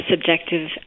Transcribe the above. subjective